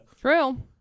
True